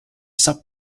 sub